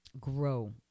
grow